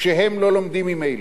כשהם לא לומדים ממילא.